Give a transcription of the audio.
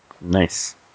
Nice